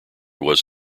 was